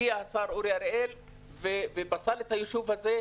הגיע השר אורי אריאל ופסל את היישוב הזה,